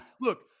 look